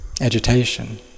agitation